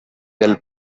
del